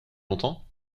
longtemps